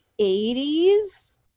80s